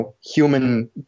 human